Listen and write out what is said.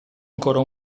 ancora